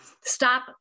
Stop